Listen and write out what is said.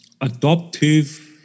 adoptive